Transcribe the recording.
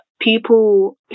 people